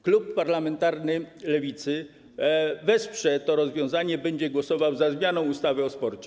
Klub parlamentarny Lewicy wesprze to rozwiązanie, będzie głosował za zmianą ustawy o sporcie.